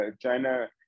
China